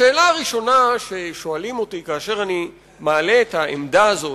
השאלה הראשונה ששואלים אותי כאשר אני מעלה את העמדה הזאת,